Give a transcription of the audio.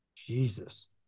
Jesus